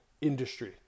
industry